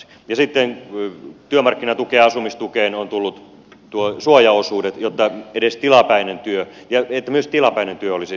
ja sitten työmarkkinatukeen ja asumistukeen on tullut suojaosuudet jotta myös tilapäinen työ olisi taloudellisesti kannattavaa